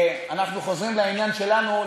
אנחנו חוזרים לעניין שלנו,